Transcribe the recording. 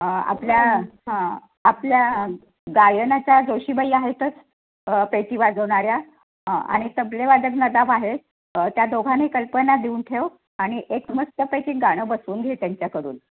आपल्या हां आपल्या गायनाच्या जोशीबाई आहेतच पेटी वाजवणाऱ्या हं आणि तबले वादक नदाब आहेत त्या दोघांनाही कल्पना देऊन ठेव आणि एक मस्तपैकी गाणं बसवून घे त्यांच्याकडून